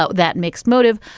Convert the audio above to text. ah that makes motive.